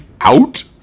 out